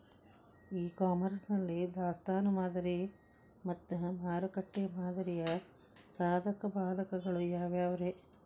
E commerce ನಲ್ಲಿ ದಾಸ್ತಾನು ಮಾದರಿ ಮತ್ತ ಮಾರುಕಟ್ಟೆ ಮಾದರಿಯ ಸಾಧಕ ಬಾಧಕಗಳ ಯಾವವುರೇ?